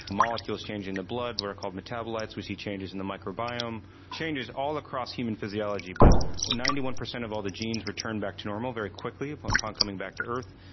molecules change in the blood, what are called metabolites, we see changes in the microbiome changes all across human physiology. but ninety one percent of all the genes return back to normal very quickly upon upon coming back to earth,